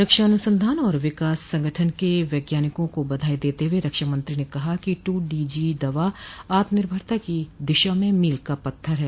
रक्षा अनुसंधान और विकास संगठन के वैज्ञानिकों को बधाई देते हुए रक्षा मंत्री ने कहा कि टू डी जी दवा आत्मनिर्भरता की दिशा में मील का पत्थर है